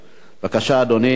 בבקשה, אדוני,